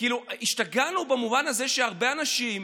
השתגענו במובן הזה שהרבה אנשים